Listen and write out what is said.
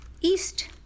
East